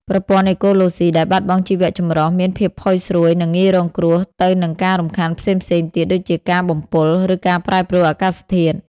ប្រព័ន្ធអេកូឡូស៊ីដែលបាត់បង់ជីវៈចម្រុះ មានភាពផុយស្រួយ និងងាយរងគ្រោះទៅនឹងការរំខានផ្សេងៗទៀតដូចជាការបំពុល ឬការប្រែប្រួលអាកាសធាតុ។